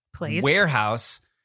warehouse